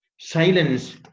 silence